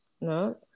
no